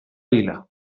vila